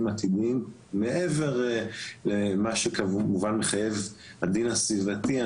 עתידיים מעבר למה שכמובן מחייב הדין הסביבתי.